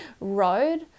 road